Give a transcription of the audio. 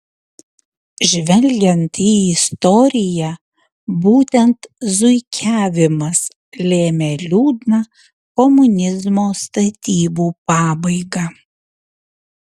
žvelgiant į istoriją būtent zuikiavimas lėmė liūdną komunizmo statybų pabaigą